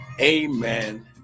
amen